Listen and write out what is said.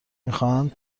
میخواهند